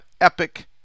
epic